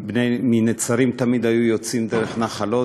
מנצרים תמיד היו יוצאים דרך נחל-עוז,